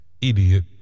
Idiot